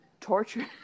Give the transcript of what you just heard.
Torture-